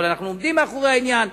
אבל אנחנו עומדים מאחורי העניין.